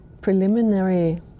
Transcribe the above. preliminary